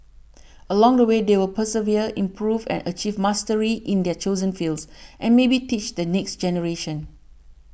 along the way they will persevere improve and achieve mastery in their chosen fields and maybe teach the next generation